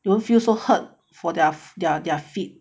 it won't feel so hurt for their their their feet